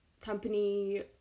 Company